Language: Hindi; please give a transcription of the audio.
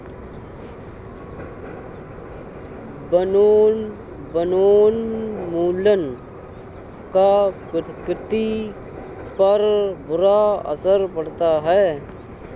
वनोन्मूलन का प्रकृति पर बुरा असर पड़ता है